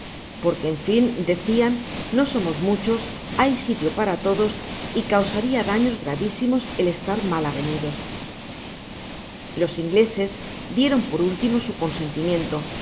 porque en fia decian no semos muchos bay sitio para todos y causaria daños gravisimos el estar mal avenidos los ingleses dieron por último su